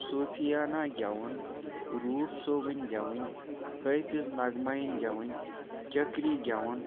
صوٗفیانہ گٮ۪وُن روٗف صٲبٕنۍ گٮ۪وٕنۍ حٲفظ نگمایِن گٮ۪وٕنۍ چکری گٮ۪وُن